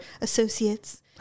associates